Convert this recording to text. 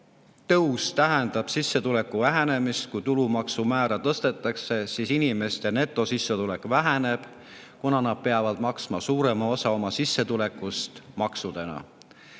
tõus tähendab sissetuleku vähenemist. Kui tulumaksu määra tõstetakse, siis inimeste netosissetulek väheneb, kuna nad peavad maksma suurema osa oma sissetulekust maksudeks.